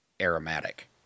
aromatic